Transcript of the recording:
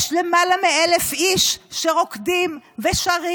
יש למעלה מ-1,000 איש שרוקדים ושרים